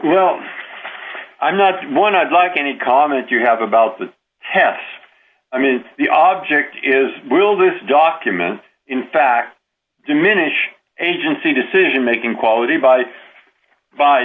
well i'm not one i'd like any comment you have about the test i mean the object is will this document in fact diminish agency decision making quality by